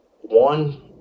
One